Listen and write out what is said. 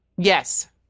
Yes